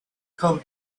come